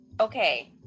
Okay